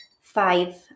five